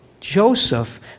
Joseph